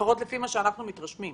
לפחות לפי מה שאנחנו מתרשמים.